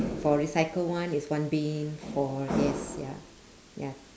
for recycled one is one bin for yes ya ya